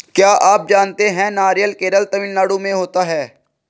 क्या आप जानते है नारियल केरल, तमिलनाडू में होता है?